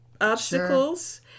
obstacles